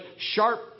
sharp